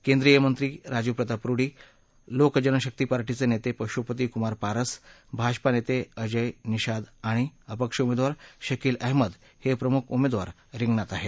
केंद्रीय मंत्री राजीव प्रताप रुडी लोक जनशकी पार्टीचे नेते पशुपती कुमार पारस भाजपा नेते अजय निषाद आणि अपक्ष उमेदवार शकील अहमद हे प्रमुख उमेदवार रिंगणात आहेत